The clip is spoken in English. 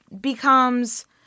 becomes